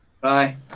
Bye